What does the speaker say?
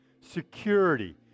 Security